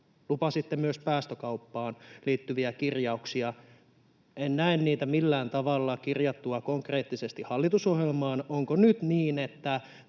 Lupasitte myös päästökauppaan liittyviä kirjauksia. En näe niitä millään tavalla konkreettisesti kirjattuna hallitusohjelmaan. Onko nyt niin, että